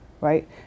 right